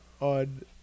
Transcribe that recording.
On